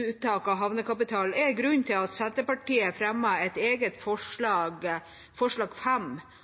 uttak av havnekapital er grunnen til at Senterpartiet fremmet et eget forslag, forslag